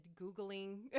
Googling